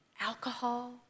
alcohol